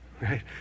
right